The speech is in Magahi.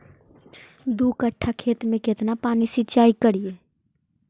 दू कट्ठा खेत में केतना पानी सीचाई करिए?